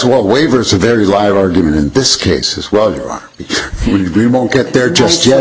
well waivers a very live argument in this case is whether he won't get there just yet